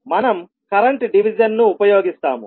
మనం current division ను ఉపయోగిస్తాము